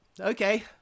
okay